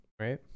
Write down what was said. right